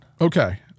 Okay